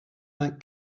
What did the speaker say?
vingt